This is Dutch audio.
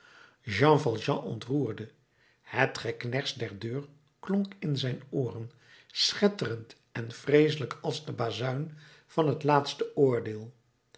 jean valjean ontroerde het gekners der deur klonk in zijn ooren schetterend en vreeselijk als de bazuin van het laatste oordeel